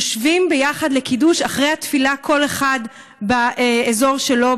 יושבים ביחד לקידוש אחרי התפילה כל אחד באזור שלו,